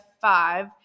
five